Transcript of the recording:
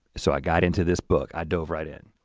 so i got into this book, i dove right in.